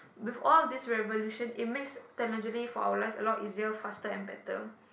with all these revolution it makes technology for our life a lot easier faster and better